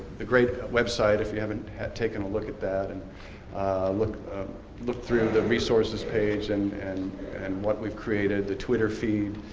the great website, if you haven't taken a look at that. and looked through the resources page and and and what we've created. the twitter feed,